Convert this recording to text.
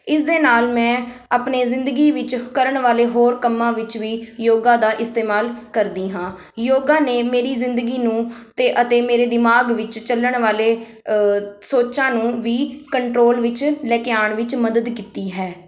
ਇਸ ਦੇ ਨਾਲ ਮੈਂ ਆਪਣੇ ਜ਼ਿੰਦਗੀ ਵਿੱਚ ਕਰਨ ਵਾਲੇ ਹੋਰ ਕੰਮਾਂ ਵਿੱਚ ਵੀ ਯੋਗਾ ਦਾ ਇਸਤੇਮਾਲ ਕਰਦੀ ਹਾਂ ਯੋਗਾ ਨੇ ਮੇਰੀ ਜ਼ਿੰਦਗੀ ਨੂੰ ਤੇ ਅਤੇ ਮੇਰੇ ਦਿਮਾਗ ਵਿੱਚ ਚੱਲਣ ਵਾਲੇ ਸੋਚਾਂ ਨੂੰ ਵੀ ਕੰਟਰੋਲ ਵਿੱਚ ਲੈ ਕੇ ਆਉਣ ਵਿੱਚ ਮਦਦ ਕੀਤੀ ਹੈ